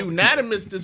Unanimous